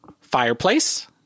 fireplace